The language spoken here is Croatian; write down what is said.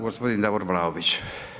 Gospodin Davor Vlaović.